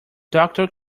doctor